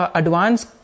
advanced